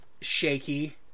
shaky